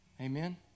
Amen